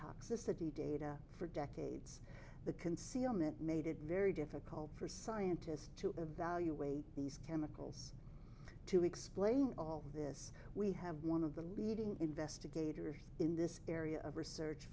toxicity data for decades the concealment made it very difficult for scientists to evaluate these chemicals to explain all this we have one of the leading investigators in this area of research